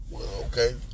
Okay